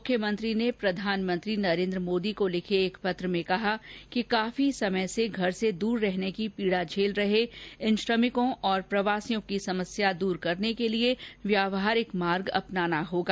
मुख्यमंत्री ने प्रधानमंत्री नरेन्द्र मोदी को लिखे एक पत्र में कहा कि काफी समय से घर से दूर रहने की पीड़ा झेल रहे इन श्रमिकों और प्रवासियों की समस्या दूर करने के लिए व्यावहारिक मार्ग अपनाना होगा